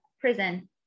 Prison